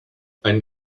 ein